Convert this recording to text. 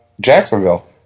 Jacksonville